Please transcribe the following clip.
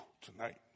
tonight